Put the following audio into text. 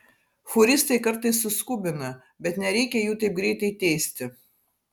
fūristai kartais suskubina bet nereikia jų taip greitai teisti